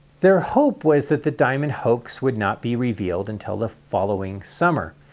their hope was that the diamond hoax would not be reveal until the following summer,